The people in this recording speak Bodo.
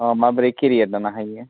अ माब्रै केरियार दानो हायो